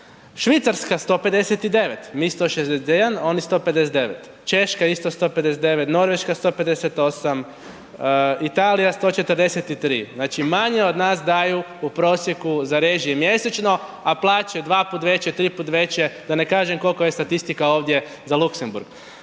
Švicarska 159, mi 161, oni 159, Češka isto 159, Norveška 158, Italija 143, znači, manje od nas daju u prosjeku za režije mjesečno, a plaće dva put veće, tri put veće, da ne kažem koliko je statistika ovdje za Luksemburg.